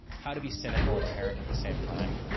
how to be cynical and parent at the same time?